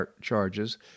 charges